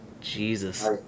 Jesus